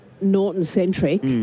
Norton-centric